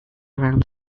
around